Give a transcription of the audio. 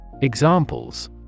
Examples